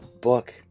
book